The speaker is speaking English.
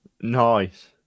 Nice